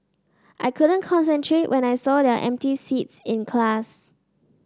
I couldn't concentrate when I saw their empty seats in class